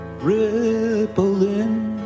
rippling